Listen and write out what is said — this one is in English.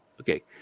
Okay